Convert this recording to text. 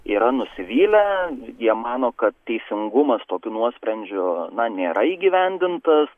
yra nusivylę jie mano kad teisingumas tokiu nuosprendžiu na nėra įgyvendintas